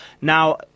Now